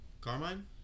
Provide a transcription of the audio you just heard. Carmine